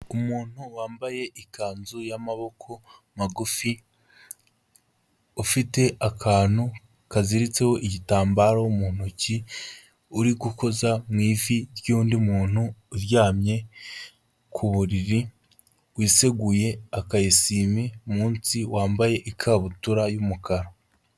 Umuntu wambaye ikanzu y'amaboko magufi, ufite akantu kaziritseho igitambaro mu ntoki, uri gukoza mu ivi ry'undi muntu uryamye ku buriri, wiseguye aka esime munsi, wambaye ikabutura y'umukara.